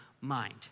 mind